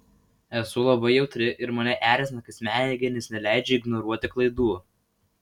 esu labai jautri ir mane erzina kai smegenys neleidžia ignoruoti klaidų